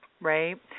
right